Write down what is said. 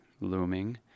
looming